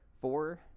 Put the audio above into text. four